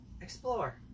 Explore